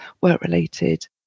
work-related